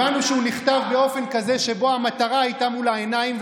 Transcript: הבנו שהוא נכתב באופן כזה שבו המטרה הייתה מול העיניים,